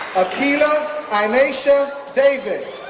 akilah um inasha davis,